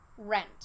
Rent